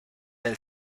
del